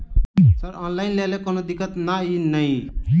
Sir online लैल कोनो दिक्कत न ई नै?